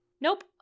nope